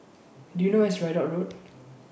Do YOU know Where IS Ridout Road